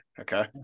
Okay